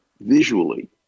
visually